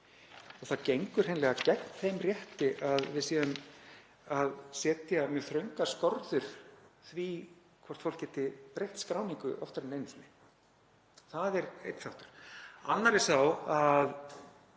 Það gengur hreinlega gegn þeim rétti að við setjum því mjög þröngar skorður hvort fólk geti breytt skráningu oftar en einu sinni. Það er einn þáttur.